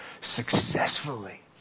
Successfully